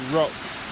rocks